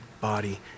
body